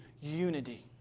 unity